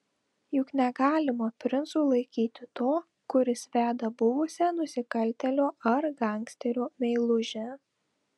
juk negalima princu laikyti to kuris veda buvusią nusikaltėlio ar gangsterio meilužę